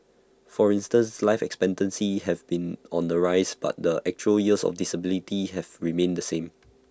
for instance life expectancy have been on the rise but the actual years of disability have remained the same